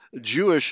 Jewish